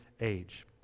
age